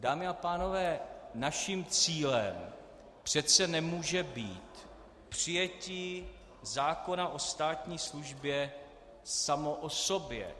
Dámy a pánové, naším cílem přece nemůže být přijetí zákona o státní službě samo o sobě.